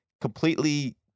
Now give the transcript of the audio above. completely